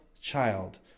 child